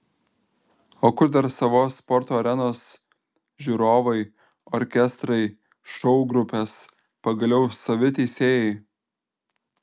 o kur dar savos sporto arenos žiūrovai orkestrai šou grupės pagaliau savi teisėjai